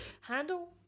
Handle